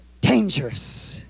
dangerous